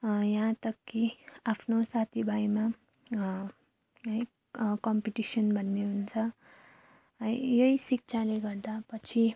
यहाँ तक कि आफ्नो साथी भाइमा है कम्पिटिसन भन्ने हुन्छ है यही शिक्षाले गर्दा पछि